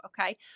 Okay